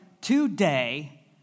today